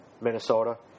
Minnesota